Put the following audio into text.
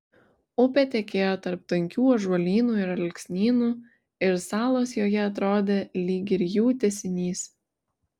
upė tekėjo tarp tankių ąžuolynų ir alksnynų ir salos joje atrodė lyg ir jų tęsinys